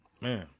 Man